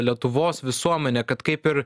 lietuvos visuomenė kad kaip ir